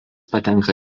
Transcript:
patenka